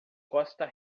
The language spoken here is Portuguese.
costa